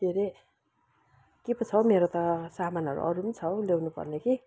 के अरे के पो छ हो मेरो त सामानहरू अरू पनि छ हो ल्याउनुपर्ने कि